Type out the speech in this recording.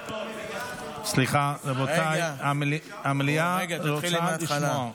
סליחה, רבותיי, המליאה רוצה לשמוע.